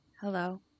hello